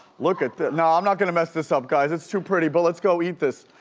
look at this. no, i'm not going to mess this up guys, it's too pretty. but let's go eat this.